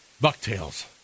Bucktails